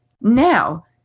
now